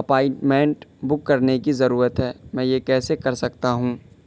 appointment book کرنے کی ضرورت ہے میں یہ کیسے کر سکتا ہوں